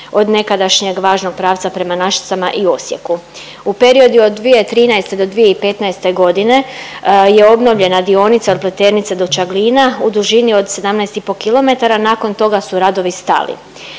od nekadašnjeg važnog pravca prema Našicama i Osijeku. U periodu od 2013. do 2015. g. je obnovljena dionica od Pleternice do Čaglina u dužini od 17,5 km, nakon toga su radovi stali.